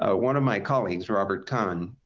ah one of my colleagues, robert kahn,